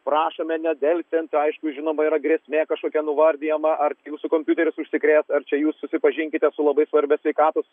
prašome nedelsiant aišku žinoma yra grėsmė kažkokia įvardijama ar jūsų kompiuteris užsikrės ar čia jūs susipažinkite su labai svarbią sveikatos